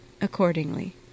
Accordingly